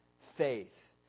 faith